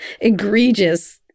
egregious